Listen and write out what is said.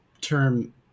term